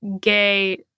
gay